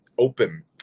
open